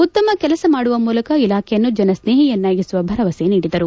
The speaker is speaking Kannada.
ಉತ್ತಮ ಕೆಲಸ ಮಾಡುವ ಮೂಲಕ ಇಲಾಖೆಯನ್ನು ಜನಸ್ನೇಹಿಯನ್ನಾಗಿಸುವ ಭರವಸೆ ನೀಡಿದರು